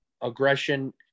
aggression